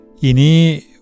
Ini